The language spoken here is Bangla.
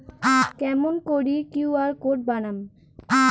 কেমন করি কিউ.আর কোড বানাম?